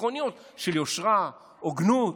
עקרוניות של יושרה, הוגנות.